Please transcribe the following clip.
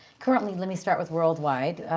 currently, let me start with worldwide.